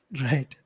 Right